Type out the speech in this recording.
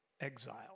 Exile